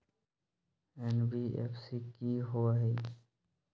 NBFC कि होअ हई?